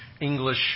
English